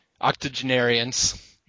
octogenarians